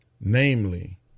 Namely